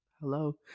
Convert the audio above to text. Hello